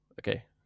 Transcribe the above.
okay